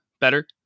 Better